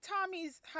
Tommy's